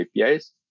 APIs